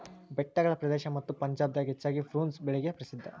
ಬೆಟ್ಟಗಳ ಪ್ರದೇಶ ಮತ್ತ ಪಂಜಾಬ್ ದಾಗ ಹೆಚ್ಚಾಗಿ ಪ್ರುನ್ಸ್ ಬೆಳಿಗೆ ಪ್ರಸಿದ್ಧಾ